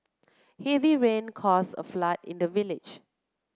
heavy rain caused a flood in the village